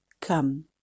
come